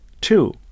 Two